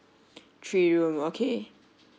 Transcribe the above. three room okay